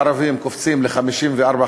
הערבים קופצים ל-55%-54%,